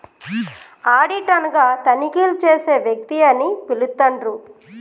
audit అనగా తనిఖీలు చేసే వ్యక్తి అని పిలుత్తండ్రు